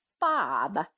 Bob